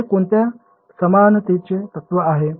हे कोणत्या समानतेचे तत्त्व आहे